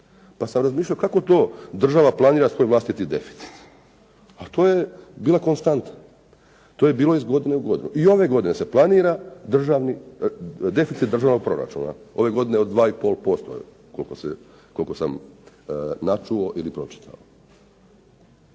Pa sam razmišljao kako to država planira svoj vlastiti deficit, ali to je bila konstanta, to je bilo iz godine u godinu. I ove godine se planira deficit državnog proračuna, ove godine 2,5% koliko sam načuo, pročitao.